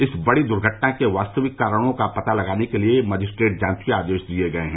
इस बड़ी दुर्घटना के वास्तविक कारणों का पता लगाने के लिए मजिस्ट्रेट जांच के आदेश दिये गये हैं